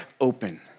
open